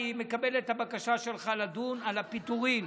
אני מקבל את הבקשה שלך לדון על הפיטורים